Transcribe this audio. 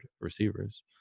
receivers